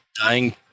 Dying